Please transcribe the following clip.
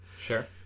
Sure